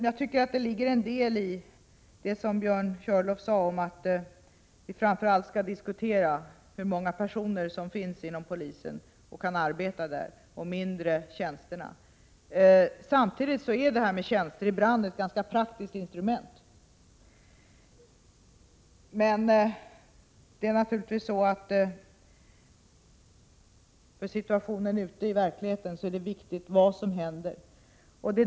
Jag tycker att det ligger en del i Björn Körlofs uttalande att vi framför allt bör diskutera hur många personer som finns inom poliskåren och som kan arbeta där — och resonera mindre om tjänsterna. Samtidigt är det här med tjänster ibland ett ganska praktiskt instrument. För situationen ute i samhället är det naturligtvis viktigt vad som händer.